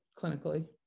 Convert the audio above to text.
clinically